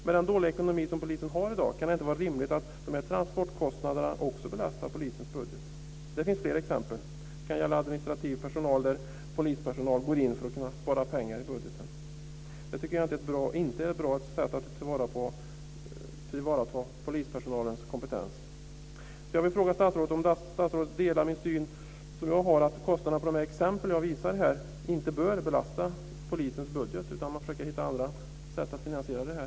Med den dåliga ekonomi som polisen har i dag kan det inte vara rimligt att de här transportkostnaderna belastar polisens budget. Det finns också flera exempel. Det kan gälla administrativ personal där polispersonal går in för att kunna spara pengar i budgeten. Det tycker jag inte är ett bra sätt att tillvarata polispersonalens kompetens. Jag vill fråga statsrådet om statsrådet delar min syn att kostnaderna i de exempel som jag har nämnt här inte bör belasta polisens budget utan att man får försöka hitta andra sätt att finansiera det här.